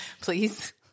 Please